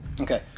Okay